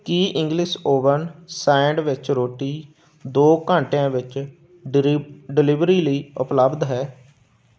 ਕੀ English oven sandwich ਰੋਟੀ ਦੋ ਘੰਟਿਆਂ ਵਿੱਚ ਡਿਲੀਵਰੀ ਲਈ ਉਪਲੱਬਧ ਹੈ